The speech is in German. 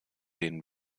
denen